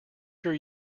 sure